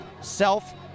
Self